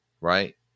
right